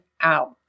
out